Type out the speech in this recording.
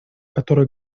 который